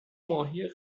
ماهی